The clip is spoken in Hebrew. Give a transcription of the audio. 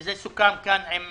זה סוכם כאן עם